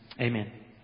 Amen